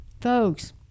Folks